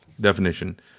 definition